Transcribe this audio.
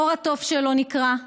עור התוף שלו נקרע,